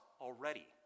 already